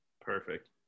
Perfect